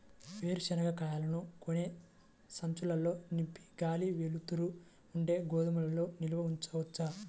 వేరుశనగ కాయలను గోనె సంచుల్లో నింపి గాలి, వెలుతురు ఉండే గోదాముల్లో నిల్వ ఉంచవచ్చా?